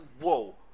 whoa